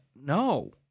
No